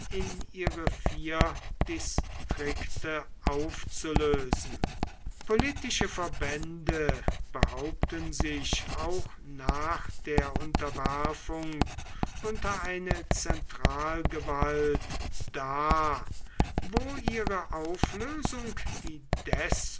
in ihre vier distrikte aufzulösen politische verbände behaupten sich auch nach der unterwerfung unter eine zentralgewalt da wo ihre auflösung die